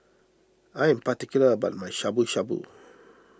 I am particular about my Shabu Shabu